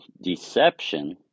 deception